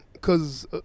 Cause